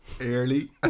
early